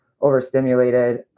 overstimulated